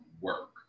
work